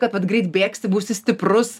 kad vat greit bėgsi būsi stiprus